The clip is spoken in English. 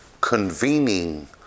convening